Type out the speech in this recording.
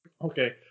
Okay